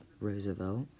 Roosevelt